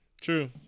true